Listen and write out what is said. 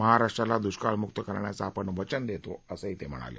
महाराष्ट्राला दुष्काळ मुक्त करण्याचं आपण वचन देतो असं ते म्हणाले